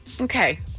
okay